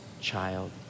child